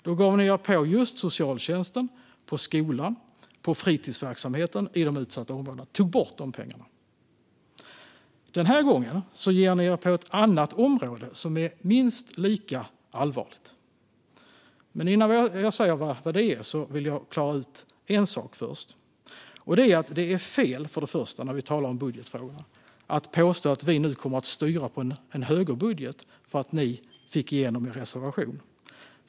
Ni gav er på socialtjänsten, skolan och fritidsverksamheten i de utsatta områdena och tog bort dessa pengar. Denna gång ger ni er på ett annat område, vilket är minst lika allvarligt. Men innan jag säger vilket det är vill jag först klara ut en sak. Det är när vi talar om budgetfrågan fel att påstå att vi nu kommer att styra på en högerbudget för att ni fick igenom er reservation.